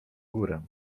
górę